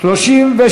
סעיפים 1 10 נתקבלו.